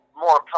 more